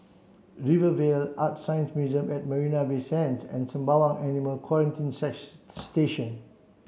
Rivervale ArtScience Museum at Marina Bay Sands and Sembawang Animal Quarantine Station